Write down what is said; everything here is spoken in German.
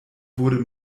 wurde